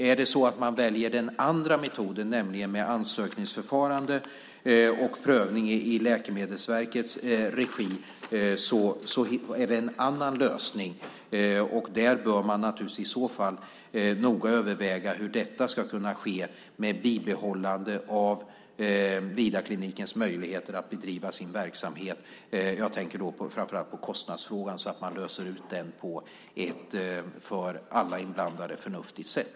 Är det så att man väljer den andra metoden, nämligen med ansökningsförfarande och prövning i Läkemedelsverkets regi, är det en annan lösning. Där bör man naturligtvis i så fall noga överväga hur detta ska kunna ske med bibehållande av Vidarklinikens möjligheter att bedriva sin verksamhet. Jag tänker då framför allt på kostnadsfrågan, så att man löser ut den på ett för alla inblandade förnuftigt sätt.